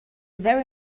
very